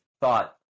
thought